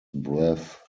breath